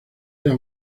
era